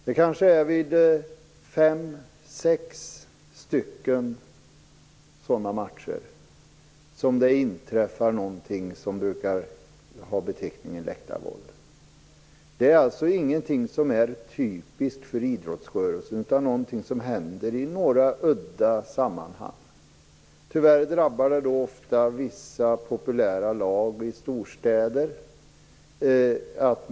Det kanske är vid fem sex sådana matcher det inträffar någonting som brukar betecknas som "läktarvåld". Det är alltså ingenting som är typiskt för idrottsrörelsen, utan det är någonting som händer i några udda sammanhang. Tyvärr drabbar det ofta vissa populära lag i storstäder.